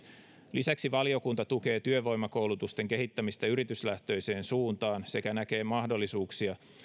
lisäksi valiokunta tukee työvoimakoulutusten kehittämistä yrityslähtöiseen suuntaan sekä näkee mahdollisuuksia